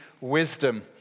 wisdom